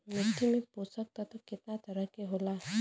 मिट्टी में पोषक तत्व कितना तरह के होला?